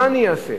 מה אני אעשה?